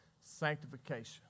sanctification